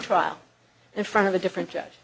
trial in front of a different j